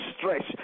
stretch